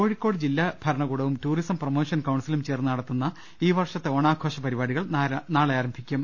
കോഴിക്കോട് ജില്ലാ ഭരണകൂടവും tourism promotion കൌൺസിലും ചേർന്ന് നടത്തുന്ന ഈ വർഷത്തെ ഓണാഘോഷ പരിപാടികൾ നാളെ ആരംഭിക്കും